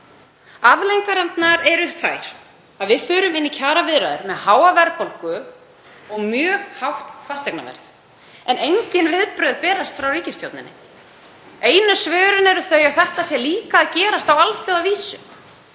Afleiðingarnar eru þær að við förum inn í kjaraviðræður með háa verðbólgu og mjög hátt fasteignaverð en engin viðbrögð berast frá ríkisstjórninni. Einu svörin eru þau að þetta sé líka að gerast á alþjóðavísu.